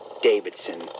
Davidson